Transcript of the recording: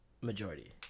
Majority